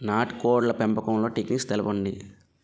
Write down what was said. నాటుకోడ్ల పెంపకంలో టెక్నిక్స్ తెలుపండి?